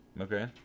Okay